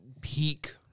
peak